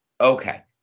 Okay